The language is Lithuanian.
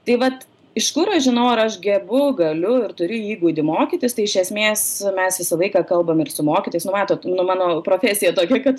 tai vat iš kur aš žinau ar aš gebu galiu ir turiu įgūdį mokytis tai iš esmės mes visą laiką kalbam ir su mokytojais nu matot nu mano profesija tokia kad